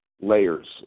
layers